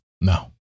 No